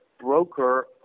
broker